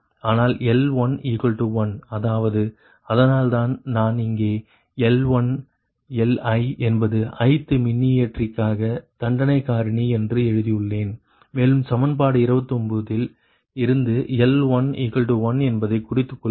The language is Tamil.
ஆனால் L11 அதாவது அதனால்தான் நான் இங்கே L1Li என்பது ith மின்னியற்றிக்காக தண்டனை காரணி என்று எழுதியுள்ளேன் மேலும் சமன்பாடு 29 இல் இருந்து L11 என்பதை குறித்துக் கொள்ளுங்கள்